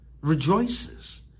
rejoices